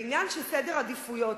זה עניין של סדר עדיפויות.